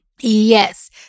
Yes